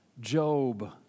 Job